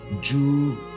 Jew